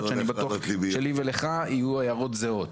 ואני בטוח שלי ולך יהיו הערות זהות.